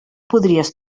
podries